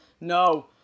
no